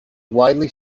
widely